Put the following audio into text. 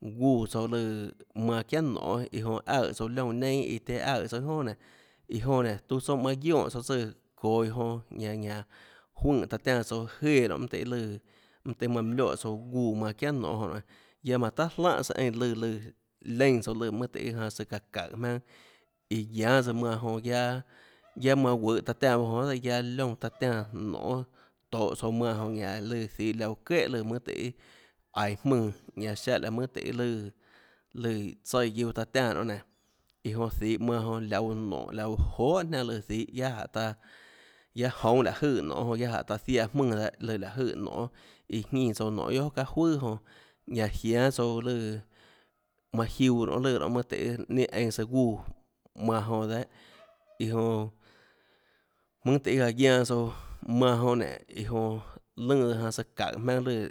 Gúã tsouã lùã manã çiánà nonê iã jonã aøè tsouã liónã neinâ iã tiã aøè tsouã iâ jonà nénå iã jonã nénå tuã tsóhã manã guionè tsouã tsùã çoå iã onã ñanã ñanã juønè taã tiánã tsouã jéã nonê mønâ tøhê lùã mønâ tøhê manã lioè tsouã gúã manã çiánà nonê jonã nénå guiaã manã tahà jlánhà søã eínã lùã lùã leínã tsouã eínã lùã mønâ tøhê iã janã søã çaã çaùhå jmaønâ iã guiánâ tsøã manã jonã guiaâ guiaâ manã guøhå taã tiánã jonã guiohà dehâ guiaâ liónã taã tiánã nonê tohå tsouã manã jonã ñanã lùã zihã laã guã çøéhà mønâ tøhê lùã iâ aiå jmùnã ñanã siáhã laã ønâ tøhê lùã lùã tsaíã guiuã taã tiánã nonê nénå iã jonã zihå manã jonã lauã nonê lauã johà jniánã lùã zihå guiaâ jánhå taã guiaâ joúnâ láhå jøè nonê jonâ guiaâ jánhå taã ziaã jmùnã dehâ lùã láhå jøè nonê iã jínã tsouã nonê guiohà çaâ juøà jonã ñanã jiánâ tsouã lùã manã jiuã nonê lùã nonê mønâ tøhê lùã einã søã gúã manã jonã dehâ iã jonã mønâ tøhå gaã guianã tsouã manã jonã nénå iã jonã lùnã tsøã janã søã çaùå jmaønâ lùã ñanã laùhå tsøã láhå jøè lùã iã aùà manã